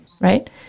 right